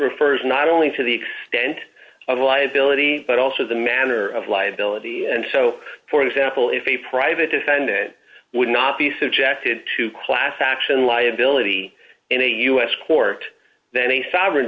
refers not only to the extent of the liability but also the manner of liability and so for example if a private defendant would not be subjected to class action liability in a u s court then a sovereign